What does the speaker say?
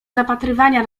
zapatrywania